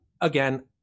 again